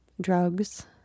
drugs